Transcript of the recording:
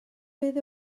fydd